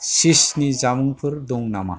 चीजनि जांक फुद दं नामा